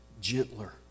gentler